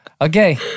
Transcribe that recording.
Okay